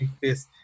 face